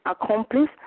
accomplish